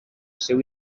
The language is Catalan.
seu